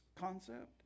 concept